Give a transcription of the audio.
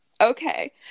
Okay